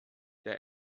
der